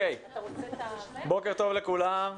בוקר טוב לכולם.